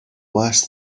worse